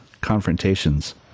confrontations